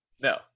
no